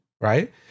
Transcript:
right